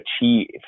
achieve